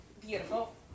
Beautiful